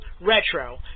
Retro